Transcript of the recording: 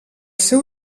seu